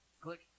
click